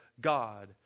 God